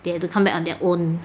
they had to come back on their own